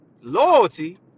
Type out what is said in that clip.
Loyalty